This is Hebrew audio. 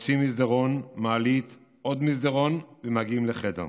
חוצים מסדרון, מעלית, עוד מסדרון, ומגיעים לחדר.